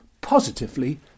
positively